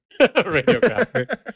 radiographer